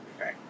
Okay